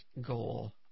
goal